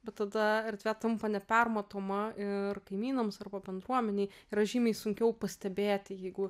bet tada erdvė tampa nepermatoma ir kaimynams arba bendruomenei yra žymiai sunkiau pastebėti jeigu